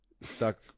stuck